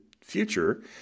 future